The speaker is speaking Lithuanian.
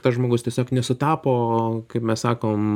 tas žmogus tiesiog nesutapo kaip mes sakom